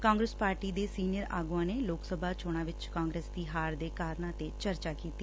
Congress party ਦੇ senior ਆਗੂਆਂ ਲੋਕ ਸਭਾ ਚੋਣਾਂ ਵਿਚ ਕਾਂਗਰਸ ਦੀ ਹਾਰ ਦੇ ਕਾਰਨਾਂ ਤੇ ਚਰਚਾ ਕੀਤੀ